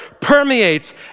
permeates